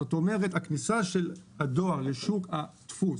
זאת אומרת, הכניסה של הדואר לשוק הדפוס